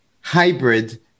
hybrid